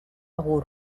gurb